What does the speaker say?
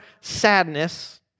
sadness